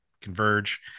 converge